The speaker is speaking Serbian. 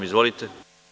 Izvolite.